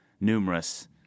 numerous